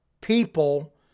people